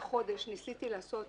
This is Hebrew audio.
על זה אני רוצה להוסיף עוד שלוש נקודות